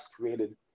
created